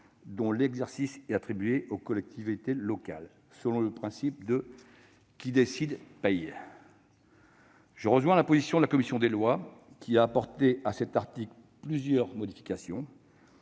dont l'exercice est attribué aux collectivités locales, selon le principe « qui décide paie ». Je rejoins la position de la commission des lois, qui a apporté plusieurs modifications